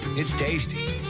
it's tasty.